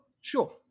Sure